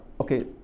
okay